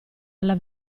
alla